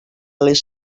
les